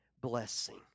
blessing